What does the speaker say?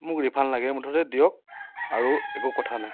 মোক ৰিফাণ্ড লাগে মুঠতে দিয়ক আৰু একো কথা নাই